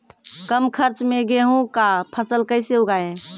कम खर्च मे गेहूँ का फसल कैसे उगाएं?